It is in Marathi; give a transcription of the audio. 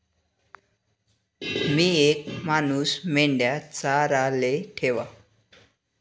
मी येक मानूस मेंढया चाराले ठेवा